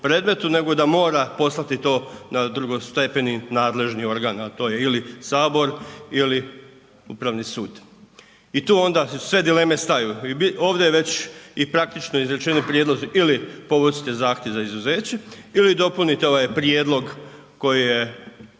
nego da mora poslati to na drugostepeni nadležni organ, a to je ili HS ili Upravni sud. I tu onda sve dileme staju. Ovdje je već i praktično izrečeni prijedlozi ili povucite zahtjev za izuzeće ili dopunite ovaj prijedlog koji je